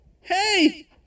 Hey